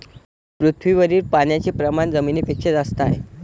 पृथ्वीवरील पाण्याचे प्रमाण जमिनीपेक्षा जास्त आहे